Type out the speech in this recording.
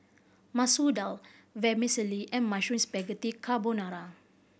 Masoor Dal Vermicelli and Mushroom Spaghetti Carbonara